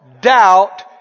doubt